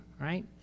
Right